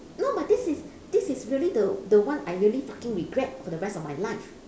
no but this is this is really the the one I really fucking regret for the rest of my life